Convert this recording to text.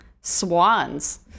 swans